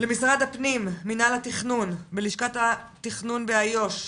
למשרד הפנים מנהל התכנון ולשכת התכנון באיו"ש,